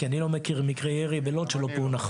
כי אני לא מכיר מקרה של ירי בלוד שלא פוענח.